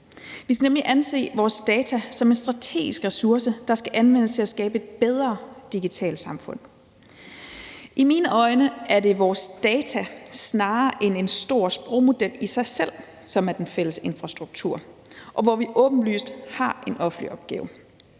Vi skal nemlig anse vores data som en strategisk ressource, der skal anvendes til at skabe et bedre digitalt samfund. I mine øjne er det vores data snarere end en stor sprogmodel i sig selv, som er den fælles infrastruktur, og her har vi åbenlyst en offentlig opgave.